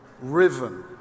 riven